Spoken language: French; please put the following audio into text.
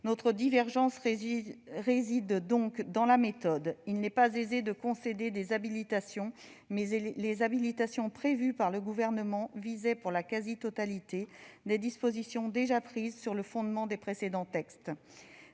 Notre divergence réside donc dans la méthode : il n'est pas aisé de concéder des habilitations, mais les habilitations prévues par le Gouvernement visaient, pour la totalité d'entre elles ou presque, des dispositions déjà prises sur le fondement de précédents textes.